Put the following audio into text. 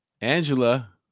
angela